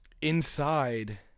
inside